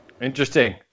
Interesting